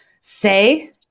say